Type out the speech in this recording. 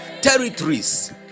territories